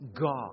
God